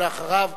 ואחריו,